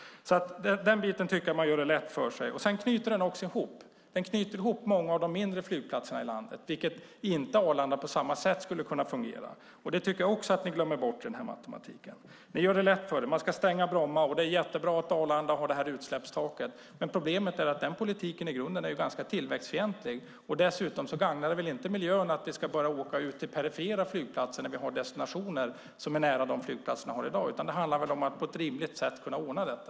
I den biten tycker jag att man gör det lätt för sig. Bromma flygplats knyter också ihop många av de mindre flygplatserna i landet på ett sätt som Arlanda inte skulle kunna göra. Det tycker jag också att ni glömmer bort i den här matematiken. Ni gör det lätt för er: Man ska stänga Bromma, och det är jättebra att Arlanda har sitt utsläppstak. Men problemet är att den politiken i grunden är ganska tillväxtfientlig. Dessutom gagnar det väl inte miljön om vi ska börja åka ut till perifera flygplatser när vi ska till destinationer som ligger nära de flygplatser som vi har i dag, utan det handlar väl om att på ett rimligt sätt kunna ordna detta.